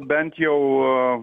bent jau